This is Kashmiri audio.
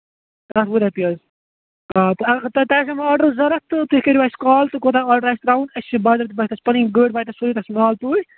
دَہ وُہ رۄپیہِ حظ آ تۄہہِ تۅہہِ آسوٕ آرڈر ضروٗرت تہٕ تُہۍ کٔریو اَسہِ کال تہٕ کوتاہ آرڈر آسہِ ترٛاوُن اَسہِ چھِ بٔڈِس بچس پَنٕنۍ گٲڑۍ واتہِ تۅہہِ مال توٗرۍ